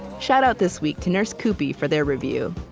shout-out this week to nursecoopy for their review.